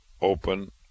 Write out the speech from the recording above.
open